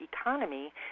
economy